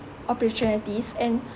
opportunities and